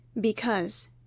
Because